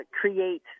create